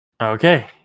Okay